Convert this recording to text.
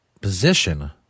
position